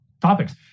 topics